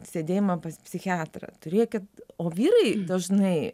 sėdėjimą pas psichiatrą turėkit o vyrai dažnai